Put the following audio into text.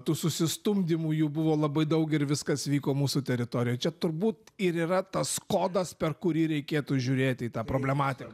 tų susistumdymų jų buvo labai daug ir viskas vyko mūsų teritorijoj čia turbūt ir yra tas kodas per kurį reikėtų žiūrėti į tą problematiką